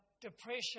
depression